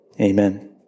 Amen